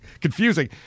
confusing